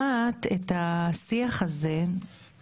את זה לא אני אמרתי, אוחנה אמר.